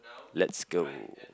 let's go